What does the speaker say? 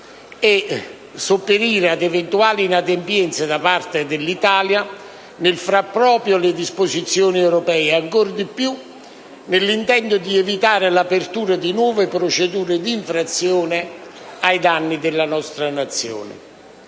di sopperire ad eventuali inadempienze da parte dell'Italia nel far proprie le disposizioni europee, soprattutto nell'intento di evitare l'apertura di nuove procedure di infrazione ai danni della nostra Nazione.